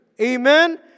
Amen